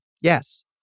Yes